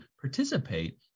participate